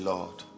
Lord